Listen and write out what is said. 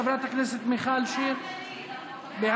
חברת הכנסת מיכל שיר, בעד.